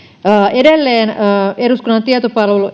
edelleen eduskunnan tietopalvelu